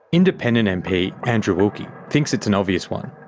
independent mp andrew wilkie thinks it's an obvious one,